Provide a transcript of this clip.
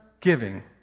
giving